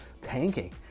tanking